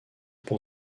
pour